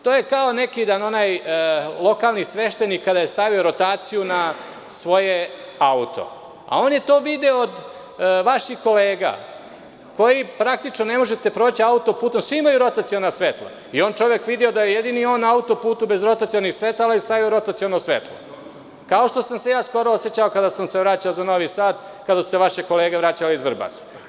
To je kao neki dan, onaj lokalni sveštenik kada je stavio rotaciju na svoj auto, a on je to video od vaših kolega koji, praktično, ne možete proći auto-putem, svi imaju rotaciona svetla i čovek video da je jedini on na auto-putu bez rotacionih svetala i stavio rotaciono svetlo, kao što sam se i ja skoro osećao kada sam se vraćao za Novi Sad, kada su se vaše kolege vraćale iz Vrbasa.